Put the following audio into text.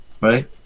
Right